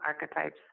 archetypes